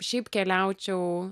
šiaip keliaučiau